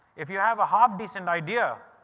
if you have a half decent idea